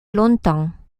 longtemps